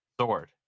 sword